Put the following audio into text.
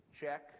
check